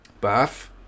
Bath